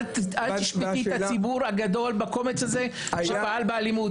אל תשפטי את הציבור הגדול על פי הקומץ הזה שפעל באלימות.